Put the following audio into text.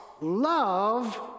Love